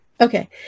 Okay